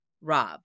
Rob